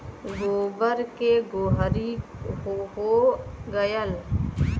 गोबर के गोहरी हो गएल